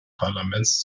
parlaments